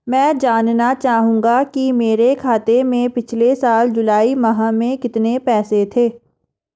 मैं जानना चाहूंगा कि मेरे खाते में पिछले साल जुलाई माह में कितने पैसे थे?